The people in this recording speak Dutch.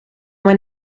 mijn